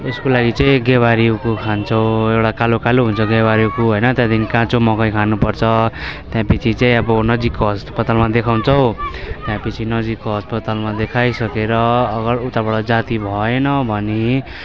यसको लागि चाहिँ गेवारे उखु खान्छौँ एउटा कालो कालो हुन्छ गेवारे उखु होइन त्यहाँदेखि काँचो मकै खानुपर्छ त्यसपछि चाहिँ अब नजिकको हस्पतालमा देखाउँछौँ त्यसपछि नजिकको हस्पतालमा देखाइसकेर अगर उताबाट जाती भएन भने